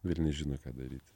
velniai žino ką daryti